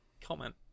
comment